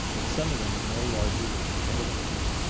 that some of them are no larger than the head of a pin.